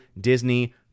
Disney